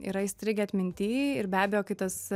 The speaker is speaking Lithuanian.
yra įstrigę atminty ir be abejo kai tas